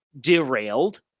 derailed